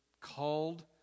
called